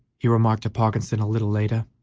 he remarked to parkinson a little later,